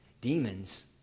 Demons